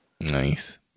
Nice